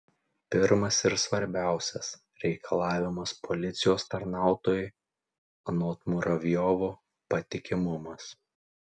pirmas ir svarbiausias reikalavimas policijos tarnautojui anot muravjovo patikimumas